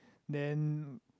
then